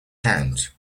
count